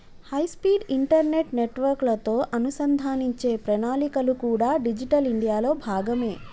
high speed internet నెట్వర్క్లతో అనుసంధానించే ప్రణాళికలు కూడా డిజిటల్ ఇండియాలో భాగమే